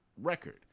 record